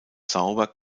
sauber